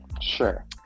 Sure